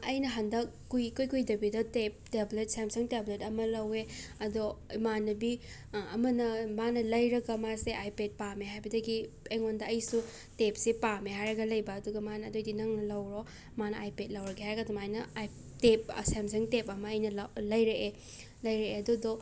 ꯑꯩꯅ ꯍꯟꯗꯛ ꯀꯨꯏ ꯏꯀꯨꯏꯗꯕꯤꯗ ꯇꯦꯞ ꯇꯦꯕ꯭ꯂꯦꯠ ꯁꯦꯝꯁꯪ ꯇꯦꯕ꯭ꯂꯦꯠ ꯑꯃ ꯂꯧꯋꯦ ꯑꯗꯣ ꯏꯃꯥꯟꯅꯕꯤ ꯑꯃꯅ ꯃꯥꯅ ꯂꯩꯔꯒ ꯃꯥꯁꯦ ꯑꯥꯏꯄꯦꯠ ꯄꯥꯝꯃꯦ ꯍꯥꯏꯕꯗꯒꯤ ꯑꯩꯉꯣꯟꯗ ꯑꯩꯁꯨ ꯇꯦꯞꯁꯦ ꯄꯥꯝꯃꯦ ꯍꯥꯏꯔꯒ ꯂꯩꯕ ꯑꯗꯨꯒ ꯃꯥꯅ ꯑꯗꯨꯏꯗꯤ ꯅꯪꯅ ꯂꯧꯔꯣ ꯃꯥꯅ ꯑꯥꯏꯄꯦꯠ ꯂꯧꯔꯒꯦ ꯍꯥꯏꯔꯒ ꯑꯗꯨꯃꯥꯏꯅ ꯑꯩꯞ ꯇꯦꯞ ꯁꯦꯝꯁꯪ ꯇꯦꯞ ꯑꯃ ꯑꯩꯅ ꯂꯥꯎ ꯂꯩꯔꯦꯑꯦ ꯂꯩꯔꯦꯑꯦ ꯑꯗꯨꯗꯣ